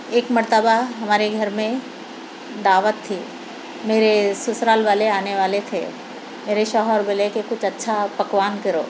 ایک مرتبہ ہمارے گھر میں دعوت تھی میرے سسرال والے آنے والے تھے میرے شوہر بولے کہ کچھ اچھا پکوان کرو